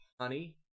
honey